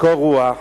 בקור רוח,